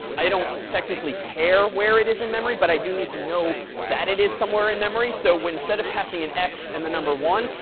i don't technically care where it is in memory, but i do need to know that it is somewhere in memory. so instead of passing an x in the number one,